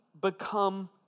become